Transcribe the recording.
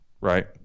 right